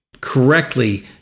correctly